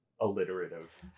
alliterative